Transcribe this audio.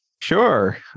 Sure